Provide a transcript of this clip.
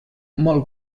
molt